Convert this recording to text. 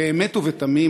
באמת ובתמים,